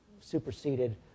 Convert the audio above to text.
superseded